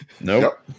nope